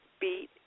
beat